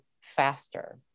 faster